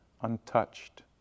untouched